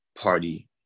party